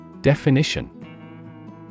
Definition